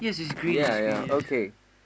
ya ya okay